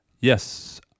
yes